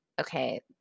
okay